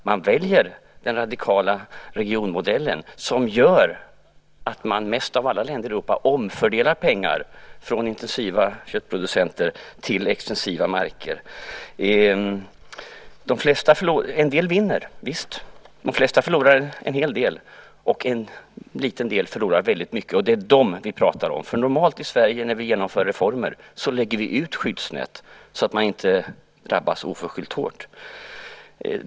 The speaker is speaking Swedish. Sverige väljer den radikala regionmodellen som gör att man mest av alla länder i Europa omfördelar pengar från intensiva köttproducenter till extensiva marker. En del vinner - visst, men de flesta förlorar en hel del, och en liten skara förlorar väldigt mycket. Det är dem vi nu pratar om. Det vanliga är att när vi i Sverige genomför reformer lägger vi ut skyddsnät så att ingen drabbas orimligt hårt.